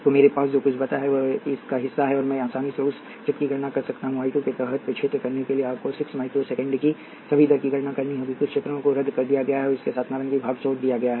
तो मेरे पास जो कुछ बचा है वह इसका हिस्सा है और मैं आसानी से उस क्षेत्र की गणना कर सकता हूं I 2 के तहत क्षेत्र होने के लिए आपको 6 माइक्रो सेकेंड की सभी दर की गणना करनी होगी कुछ क्षेत्रों को रद्द कर दिया गया है और इसके साथ नारंगी भाग छोड़ दिया गया है